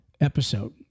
episode